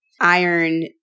iron